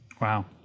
Wow